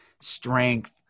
strength